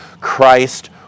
Christ